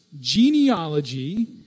genealogy